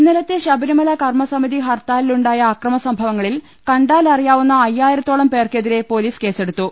ഇന്നലത്തെ ശബരിമല കർമ്മസമിതി ഹർത്താലിലുണ്ടായ അ ക്രക മ സം ഭ വ ങ്ങ ളിൽ കണ്ടാ ല റി യാ വു ന്ന അയ്യാ യി ര ത്തോളംപേർക്കെതിരെ പൊലീസ് കേസെടുത്തു